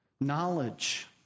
Knowledge